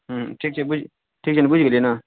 ह्म्म ठीक छै बुझि ठीक छै ने बुझि गेलियै ने